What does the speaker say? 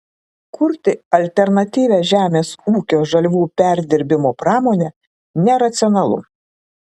kurti alternatyvią žemės ūkio žaliavų perdirbimo pramonę neracionalu